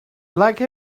like